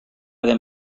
them